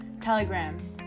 Telegram